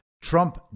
Trump